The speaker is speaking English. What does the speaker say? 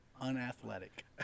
unathletic